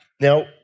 Now